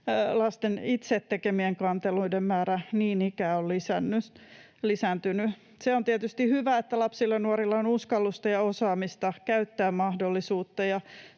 lasten itse tekemien kanteluiden määrä niin ikään on lisääntynyt. Se on tietysti hyvä, että lapsilla ja nuorilla on uskallusta ja osaamista käyttää tätä mahdollisuutta.